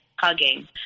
hugging